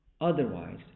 Otherwise